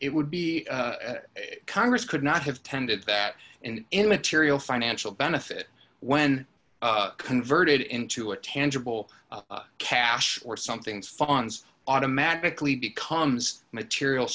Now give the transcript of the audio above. it would be congress could not have tended that in any material financial benefit when converted into a tangible cash or something's fons automatically becomes material